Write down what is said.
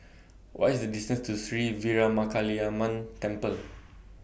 What IS The distance to Sri Veeramakaliamman Temple